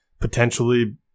potentially –